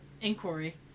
inquiry